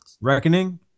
Reckoning